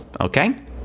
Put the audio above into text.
okay